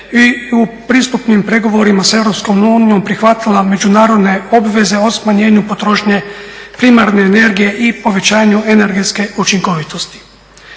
i u pristupnim pregovorima sa EU prihvatila međunarodne obveze o smanjenju potrošnje primarne energije i povećanju energetske učinkovitosti.